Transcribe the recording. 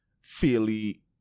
fairly